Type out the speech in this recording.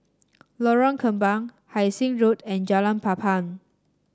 Lorong Kembang Hai Sing Road and Jalan Papan